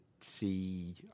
see